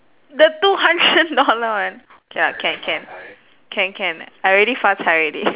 the two hundred dollar one K lah can can can can I already 发财 already